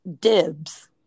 dibs